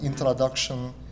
Introduction